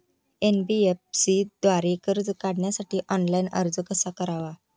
NBFC द्वारे कर्ज काढण्यासाठी ऑनलाइन अर्ज कसा करावा?